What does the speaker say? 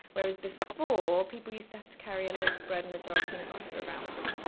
whereas before, people used to have to carry a loaf of bread and a jar of peanut butter around with them,